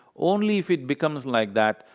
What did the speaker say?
only if it becomes like that,